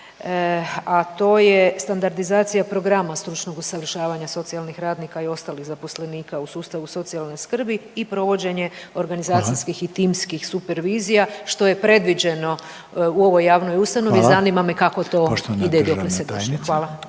a to je standardizacija programa stručnog usavršavanja socijalnih radnika i ostalih zaposlenika u sustavu socijalne skrbi i provođenje …/Upadica Reiner: Hvala./… organizacijskih i timskih supervizija što je predviđeno u ovoj javnoj ustanovi …/Upadica Reiner: Hvala./…